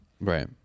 right